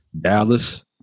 Dallas